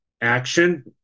action